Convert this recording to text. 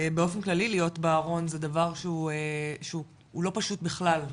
באופן כללי להיות בארון זה דבר שהוא לא פשוט בכלל,